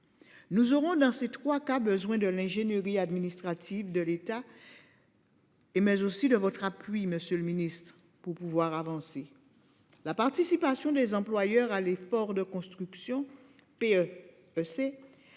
Nous aurons dans ces 3 cas besoin de l'ingénierie administrative de l'État.-- Et mais aussi de votre appui, Monsieur le Ministre pour pouvoir avancer. La participation des employeurs à l'effort de construction. P E.